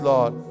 Lord